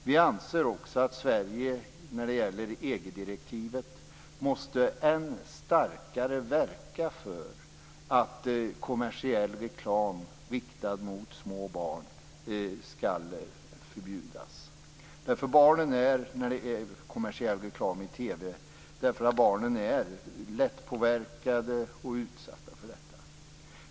Vidare anser vi att Sverige när det gäller EG-direktivet ännu starkare måste verka för att kommersiell reklam riktad till små barn förbjuds. När det gäller kommersiell reklam i TV är barnen lättpåverkade och utsatta.